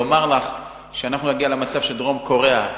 לומר שאנחנו נגיע למצב של דרום-קוריאה,